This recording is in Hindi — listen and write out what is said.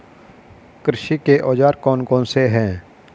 कृषि के औजार कौन कौन से हैं?